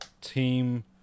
team